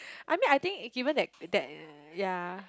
I mean I think it given that that uh ya